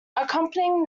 accompanying